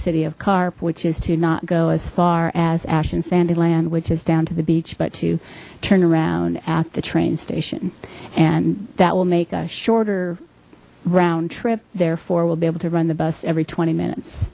city of carp which is to not go as far as ashton sandy land which is down to the beach but to turn around at the train station and that will make a shorter round trip therefore we'll be able to run the bus every twenty minutes